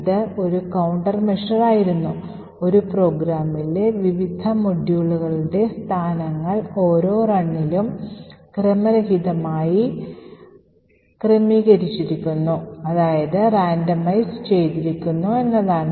ഇത് ഒരു കൌണ്ടർ മെഷറായിരുന്നു ഒരു പ്രോഗ്രാമിലെ വിവിധ മൊഡ്യൂളുകളുടെ സഥാനങ്ങൾ ഓരോ റണ്ണിലും ക്രമരഹിതമായി ക്രമീകരിച്ചിരിക്കുന്നു എന്നതാണ്